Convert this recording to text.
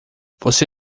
você